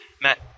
Matt